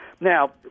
Now